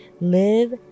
live